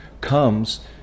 comes